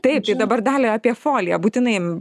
taip tai dabar dalia apie foliją būtinai